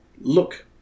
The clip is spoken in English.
look